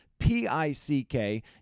P-I-C-K